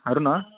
Aruna